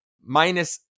minus